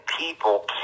people